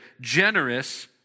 generous